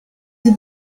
you